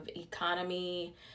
economy